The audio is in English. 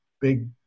Big